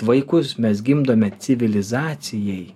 vaikus mes gimdome civilizacijai